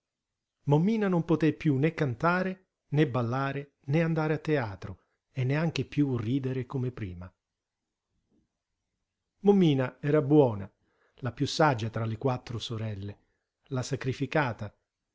mommina non poté piú né cantare né ballare né andare a teatro e neanche piú ridere come prima mommina era buona la piú saggia tra le quattro sorelle la sacrificata